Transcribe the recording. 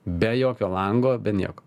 be jokio lango be nieko